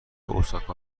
اوساکا